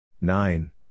Nine